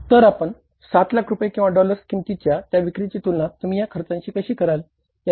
तर आपण 7 लाख रुपये किंवा डॉलर्सच्या किंमतीच्या त्या विक्रिची तुलना तुम्ही या खर्चांशी कशी कराल